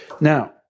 Now